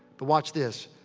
but watch this.